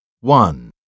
One